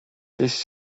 this